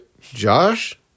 Josh